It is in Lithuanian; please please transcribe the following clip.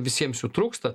visiems jų trūksta